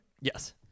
Yes